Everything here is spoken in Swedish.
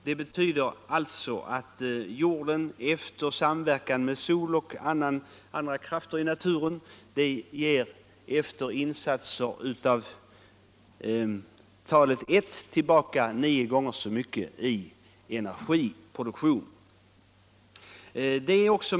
Det betyder alltså att jorden i samverkan med sol och andra krafter i naturen efter insats av talet 1 ger tillbaka 9 gånger så mycket.